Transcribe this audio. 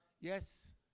yes